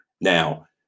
Now